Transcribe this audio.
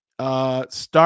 Start